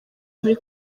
muri